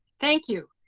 thank you.